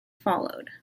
followed